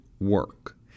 work